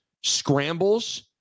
scrambles